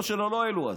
את אבא שלו לא העלו אז,